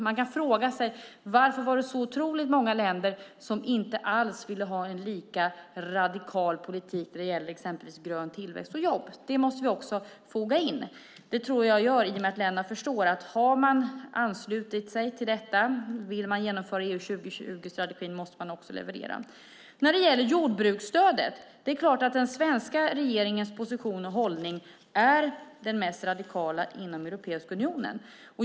Man kan fråga sig varför det var så otroligt många länder som inte alls ville ha en lika radikal politik när det gäller exempelvis grön tillväxt och jobb. Det måste vi också foga in. Det tror jag att vi gör i och med att länderna förstår att om man har anslutit sig till detta och om man vill genomföra EU 2020-strategin så måste man också leverera. När det gäller jordbruksstödet är det klart att den svenska regeringens position och hållning är den mest radikala inom Europeiska unionen.